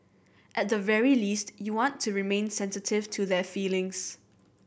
at the very least you want to remain sensitive to their feelings